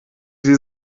sie